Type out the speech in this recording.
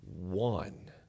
one